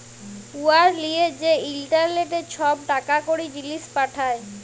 উয়ার লিয়ে যে ইলটারলেটে ছব টাকা কড়ি, জিলিস পাঠায়